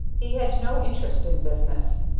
he had no interest in business,